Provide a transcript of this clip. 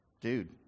dude